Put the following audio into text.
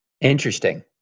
Interesting